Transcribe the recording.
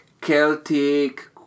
Celtic